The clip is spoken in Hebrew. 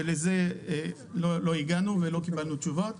ולזה לא הגענו ולא קיבלנו תשובות.